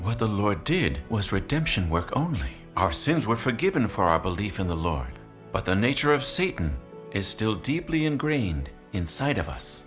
what the lord did was redemption work on our sins were forgiven for our belief in the lord but the nature of satan is still deeply ingrained inside of us